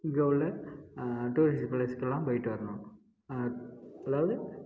இங்கே உள்ள டூரிஸ்ட்டு ப்ளேஸுக்கெல்லாம் போய்ட்டு வரணும் அதாவது